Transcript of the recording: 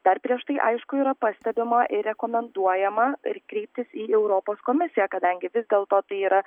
dar prieš tai aišku yra pastebima ir rekomenduojama ir kreiptis į europos komisiją kadangi vis dėlto tai yra